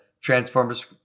Transformers